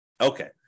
Okay